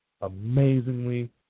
amazingly